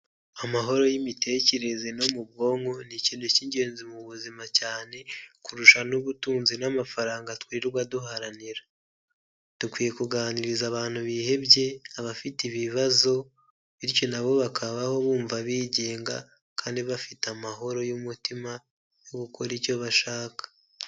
Amahoro y'imitekerereze no mu bwonko, ni ikintu cy'ingenzi mu buzima cyane, kurusha n'ubutunzi n'amafaranga twirirwa duharanira, dukwiye kuganiriza abantu bihebye, abafite ibibazo, bityo nabo bakabaho bumva bigenga, kandi bafite amahoro y'umutima yo gukora icyo bashaka.